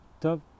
Top